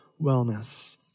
wellness